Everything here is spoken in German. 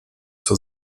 zur